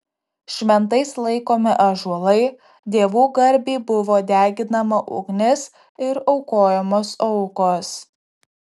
šventais laikomi ąžuolai dievų garbei buvo deginama ugnis ir aukojamos aukos